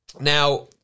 Now